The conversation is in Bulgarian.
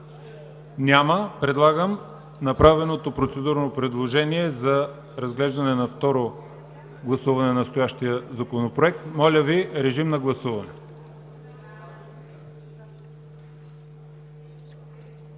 Няма. Направено е процедурно предложение за разглеждане на второ гласуване на настоящия Законопроект. Моля Ви, режим на гласуване.